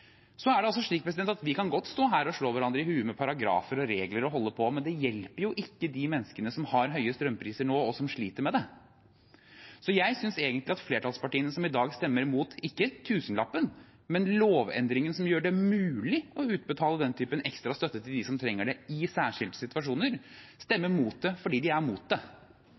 Vi kan godt stå her og slå hverandre i hodet med paragrafer og regler og holde på, men det hjelper ikke de menneskene som har høye strømpriser nå, og som sliter med det. Jeg tror egentlig at flertallspartiene, som i dag stemmer imot ikke tusenlappen, men lovendringen som gjør det mulig å utbetale den typen ekstra støtte til dem som trenger det i særskilte situasjoner, stemmer imot det fordi de er imot det.